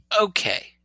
okay